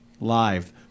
live